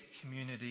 community